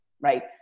right